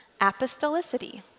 apostolicity